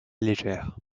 légère